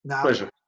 Pleasure